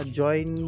join